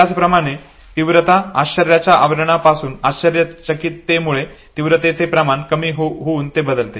त्याचप्रमाणे तीव्रता आश्चर्यच्या आवरणापासून आश्चर्यचकिततेमुळे तीव्रतेचे प्रमाण कमी होऊन ते बदलते